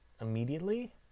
immediately